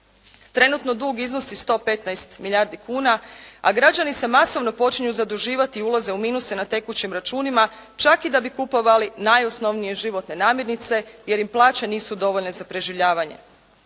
Trenutno dug iznosi 115 milijardi kuna, a građani se masovno počinju zaduživati i ulaze u minuse na tekućim računima, čak da bi kupovali najosnovnije životne namirnice, jer im plaće nisu dovoljne za preživljavanje.